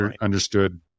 understood